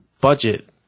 budget